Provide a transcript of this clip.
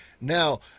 Now